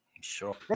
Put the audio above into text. Sure